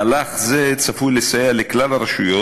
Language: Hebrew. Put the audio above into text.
מהלך זה צפוי שיסייע לכלל הרשויות,